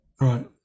Right